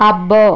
అబ్బో